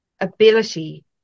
ability